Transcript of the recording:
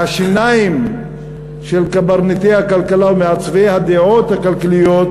מהשיניים של קברניטי הכלכלה ומעצבי הדעות הכלכליות